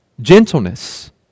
gentleness